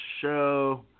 show